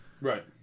right